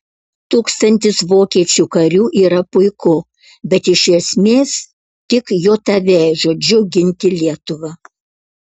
tūkstantis vokiečių karių yra puiku bet iš esmės tik jav žodžiu ginti lietuvą